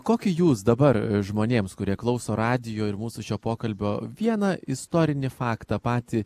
kokį jūs dabar žmonėms kurie klauso radijo ir mūsų šio pokalbio vieną istorinį faktą patį